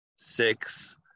six